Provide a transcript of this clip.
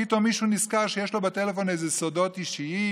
פתאום מישהו נזכר שיש לו בטלפון איזה סודות אישיים,